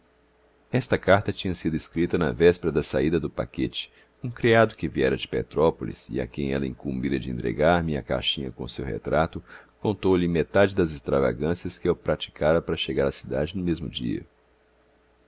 esta carta tinha sido escrita na véspera da saída do paquete um criado que viera de petrópolis e a quem ela incumbira de entregar me a caixinha com o seu retrato contou-lhe metade das extravagâncias que eu praticara para chegar à cidade no mesmo dia